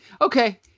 Okay